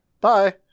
Bye